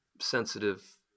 sensitive